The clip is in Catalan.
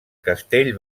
castell